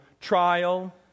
trial